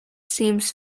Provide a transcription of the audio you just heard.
seems